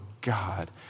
God